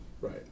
Right